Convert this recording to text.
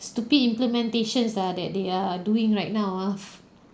stupid implementations ah that they are doing right now ah